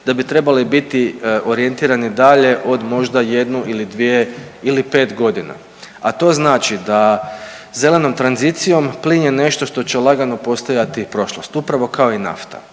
da bi trebali biti orijentirani dalje od možda jednu ili dvije ili pet godina, a to znači da zelenom tranzicijom, plin je nešto što će lagano postojati prošlost, upravo kao i nafta